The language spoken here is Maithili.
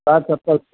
जुत्ता चप्पल